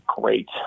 great